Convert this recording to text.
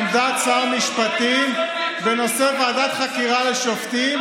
עמדת שר המשפטים בנושא ועדת חקירה לשופטים,